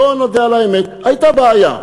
בוא נודה על האמת: הייתה בעיה.